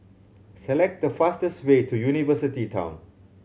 select the fastest way to University Town